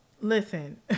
Listen